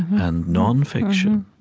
and nonfiction